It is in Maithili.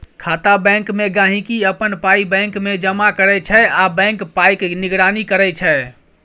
खाता बैंकमे गांहिकी अपन पाइ बैंकमे जमा करै छै आ बैंक पाइक निगरानी करै छै